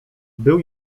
był